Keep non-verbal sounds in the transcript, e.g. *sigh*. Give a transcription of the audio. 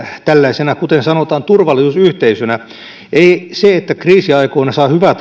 tällaisena kuten sanotaan turvallisuusyhteisönä ei se että kriisiaikoina saa hyvää *unintelligible*